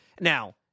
now